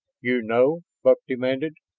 you know? buck demanded.